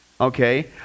okay